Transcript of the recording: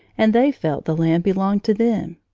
and they felt the land belonged to them.